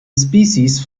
species